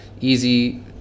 easy